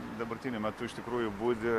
dabartiniu metu iš tikrųjų budi